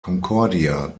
concordia